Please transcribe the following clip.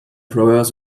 flowers